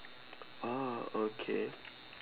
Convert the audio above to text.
orh okay